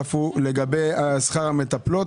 הנוסף הוא לגבי שכר המטפלות